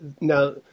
Now